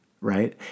Right